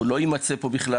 הוא לא ימצא פה בכלל.